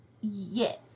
Yes